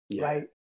right